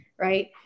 right